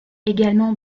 également